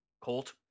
Colt